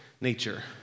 nature